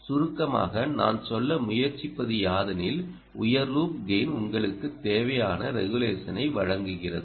சுருக்கமாக நான் சொல்ல முயற்சிப்பது யாதெனில் உயர் லூப் கெய்ன் உங்களுக்கு தேவையான ரெகுலேஷனை வழங்குகிறது